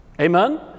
Amen